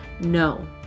no